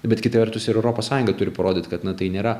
bet kita vertus ir europos sąjunga turi parodyt kad na tai nėra